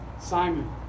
Simon